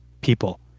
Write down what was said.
people